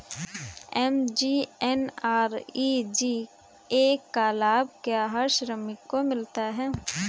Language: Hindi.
एम.जी.एन.आर.ई.जी.ए का लाभ क्या हर श्रमिक को मिलता है?